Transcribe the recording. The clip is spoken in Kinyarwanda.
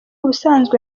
ubusanzwe